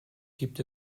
gibt